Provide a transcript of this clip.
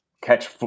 catch